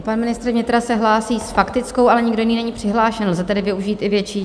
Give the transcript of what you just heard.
Pan ministr vnitra se hlásí s faktickou, ale nikdo není přihlášen, lze tedy využíti větší čas.